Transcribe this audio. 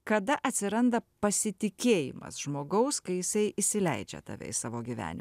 kada atsiranda pasitikėjimas žmogaus kai jisai įsileidžia tave į savo gyvenimą